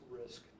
risk